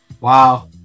Wow